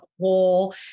whole